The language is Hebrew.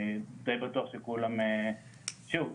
אני די בטוח שכולם שוב,